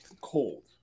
cold